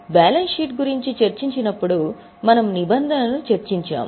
balance sheet గురించి చర్చించినప్పుడు మనము నిబంధనలను చర్చించాము